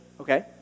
Okay